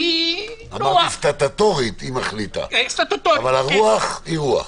אמרתי שסטטוטורית היא מחליטה, אבל הרוח היא הרוח.